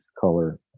color